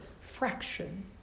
fraction